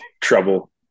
trouble